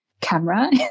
camera